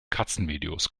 katzenvideos